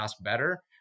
better